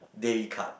daily cut